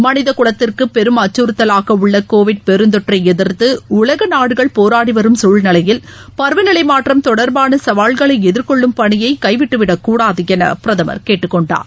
மனிதகுலத்திற்குபெரும் அச்சறுத்தலாகஉள்ளகோவிட் பெருந்தொற்றைஎதிர்த்துஉலகநாடுகள் போராடிவரும் குழ்நிலையில் பருவநிலைமாற்றம் தொடர்பானசவால்களைஎதிர்கொள்ளும் கூடாதுஎனபிரதமர் கேட்டுக்கொண்டார்